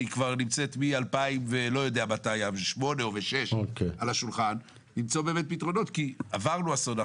שכבר נמצאת מ-2008 או 2006 על השולחן כי עברנו אסון.